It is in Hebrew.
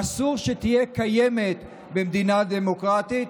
ואסור שתהיה קיימת במדינה דמוקרטית.